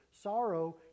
Sorrow